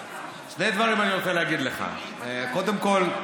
שני דברים אני רוצה להגיד לך: קודם כול,